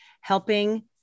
helping